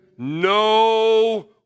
No